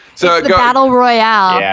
so battle royale. yeah